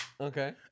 Okay